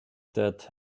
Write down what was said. that